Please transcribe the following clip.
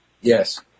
Yes